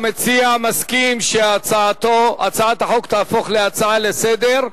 המציע מסכים שהצעת החוק תהפוך להצעה לסדר-היום.